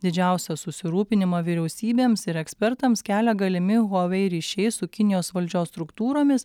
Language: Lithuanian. didžiausią susirūpinimą vyriausybėms ir ekspertams kelia galimi huawei ryšiai su kinijos valdžios struktūromis